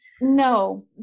No